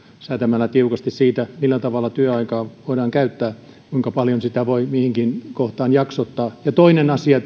säätämällä tiukasti siitä millä tavalla työaikaa voidaan käyttää kuinka paljon sitä voi mihinkin kohtaan jaksottaa ja toinen asia